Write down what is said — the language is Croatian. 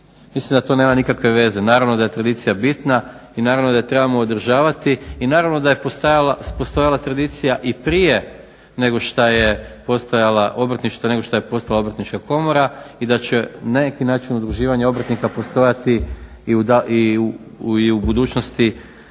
Mislim da to nema nikakve veze. Naravno da je tradicija bitna i naravno da je trebamo održavati i naravno da je postojala tradicija i prije nego što je postojalo obrtništvo nego što je postala Obrtnička komora i da će na neki način udruživanje obrtnika postojati i u budućnosti